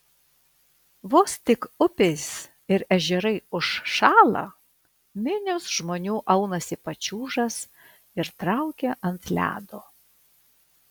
vos tik upės ir ežerai užšąla minios žmonių aunasi pačiūžas ir traukia ant ledo